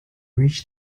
reached